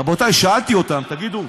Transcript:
רבותי, שאלתי אותם: תגידו,